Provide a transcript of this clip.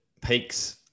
peaks